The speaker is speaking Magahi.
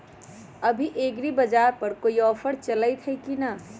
अभी एग्रीबाजार पर कोई ऑफर चलतई हई की न?